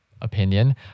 opinion